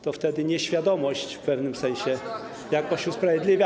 To wtedy nieświadomość w pewnym sensie jakoś panią usprawiedliwia.